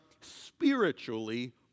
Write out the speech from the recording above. spiritually